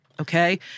okay